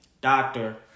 doctor